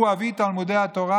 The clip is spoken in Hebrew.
הוא אבי תלמודי התורה,